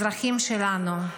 אזרחים שלנו,